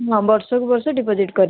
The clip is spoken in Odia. ହଁ ବର୍ଷକୁ ବର୍ଷ ଡିପୋଜିଟ୍ କରିବେ